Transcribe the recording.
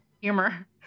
Humor